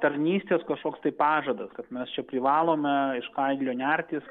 tarnystės kažkoks tai pažadas kad mes privalome iš kailio nertis